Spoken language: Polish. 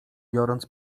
biorąc